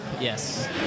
yes